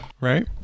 right